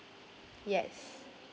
yes